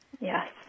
Yes